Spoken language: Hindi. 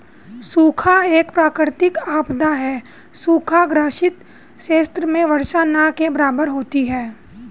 सूखा एक प्राकृतिक आपदा है सूखा ग्रसित क्षेत्र में वर्षा न के बराबर होती है